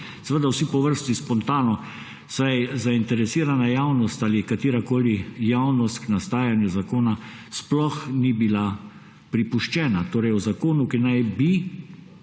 Vsi po vrsti spontano, saj zainteresirana javnost ali katerikoli javnost k nastajanju zakona sploh ni bila pripuščena. Torej o zakonu, ki naj bi